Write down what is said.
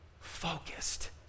focused